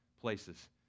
places